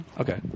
Okay